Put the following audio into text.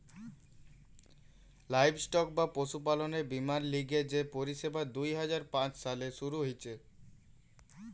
livestock বা পশুপালনের বীমার লিগে যে পরিষেবা দুই হাজার পাঁচ সালে শুরু হিছে